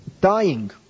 Dying